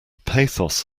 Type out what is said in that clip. pathos